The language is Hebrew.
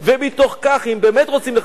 אם באמת רוצים לחזק את ירושלים,